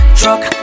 truck